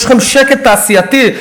יש לכם שקט תעשייתי.